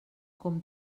com